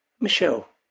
Michelle